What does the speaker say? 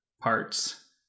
parts